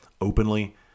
openly